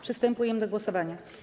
Przystępujemy do głosowania.